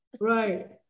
Right